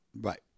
Right